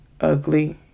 ugly